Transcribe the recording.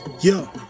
yo